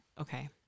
okay